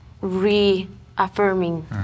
reaffirming